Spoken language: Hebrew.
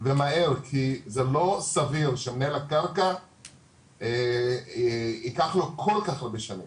ומהר כי זה לא סביר שמנהל הקרקע ייקח לו כל כך הרבה שנים.